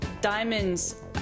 diamonds